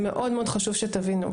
זה מאוד מאוד חשוב שתבינו,